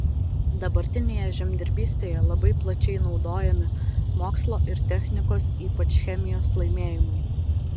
dabartinėje žemdirbystėje labai plačiai naudojami mokslo ir technikos ypač chemijos laimėjimai